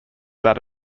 that